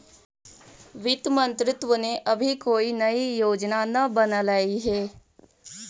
वित्त मंत्रित्व ने अभी कोई नई योजना न बनलई हे